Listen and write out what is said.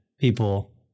people